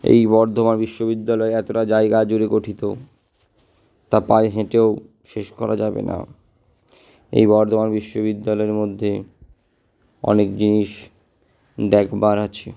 এই বর্ধমান বিশ্ববিদ্যালয় এতটা জায়গা জুড়ে গঠিত তা পায়ে হেঁটেও শেষ করা যাবে না এই বর্ধমান বিশ্ববিদ্যালয়ের মধ্যে অনেক জিনিস দেখবার আছে